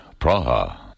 Praha